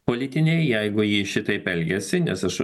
politinei jeigu ji šitaip elgiasi nes aš